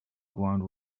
ground